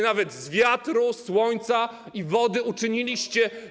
Nawet z wiatru, ze słońca i z wody uczyniliście.